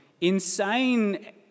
insane